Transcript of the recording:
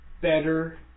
better